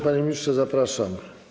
Panie ministrze, zapraszam.